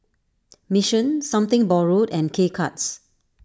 Mission Something Borrowed and K Cuts